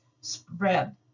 spread